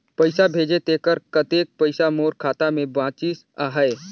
पइसा भेजे तेकर कतेक पइसा मोर खाता मे बाचिस आहाय?